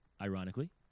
ironically